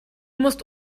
musst